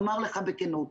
נאמר לך בכנות,